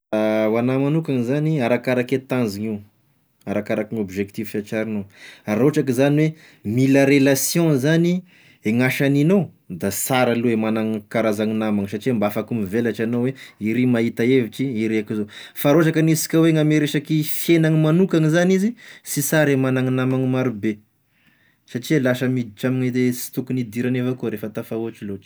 Ho agnahy manokany zany arakarake tanzona io, arakaraky objectif tratrarinao, raha ohatry ka zany hoe mila relation zany e gn'asaninao, da sara lo i magnany i karazany namagny, satria mba afaky mivelatra anao, hoe iry mahita hevitry, iry a koa zao, fa raha ohatra ka hanisika koa gn'ame resaky fiaignany magnokany zany izy, sy sara i mana an'i namagny marobe satria lasa miditra ame sy tokony hidirany avao koa refa tafahoatra loatry.